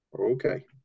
Okay